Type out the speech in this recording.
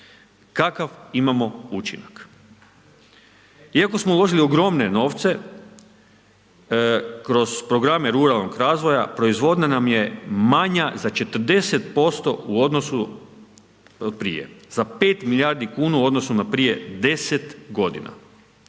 kakav imamo učinak? Iako smo uložili ogromne novce, kroz programe ruralnog razvoja, proizvodnja nam je manja za 40% u odnosu od prije, za 5 milijardi kuna u odnosu na prije 10 godina.